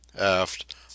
aft